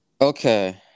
Okay